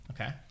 okay